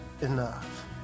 enough